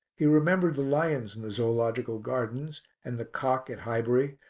he remembered the lions in the zoological gardens and the cock at highbury,